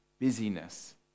busyness